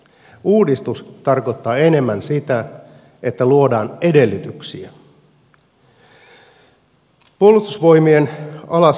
uudistus tarkoittaa enemmän sitä että luodaan edellytyksiä